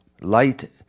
Light